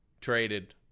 traded